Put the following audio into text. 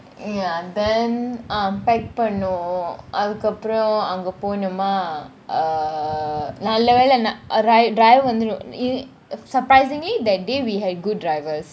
ya and then um pack போனோம் அதுக்கு அப்புறம் அங்க போனோமா நல்ல வெல்ல :panom athuku apram anga ponoma nalla vella err arr~ arrived driver வந்து :vanthu surprisingly that day we had good drivers